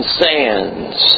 sands